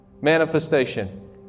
manifestation